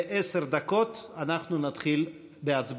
וקורא באופן חמור וחסר תקדים שלא לקיים החלטות של בית משפט,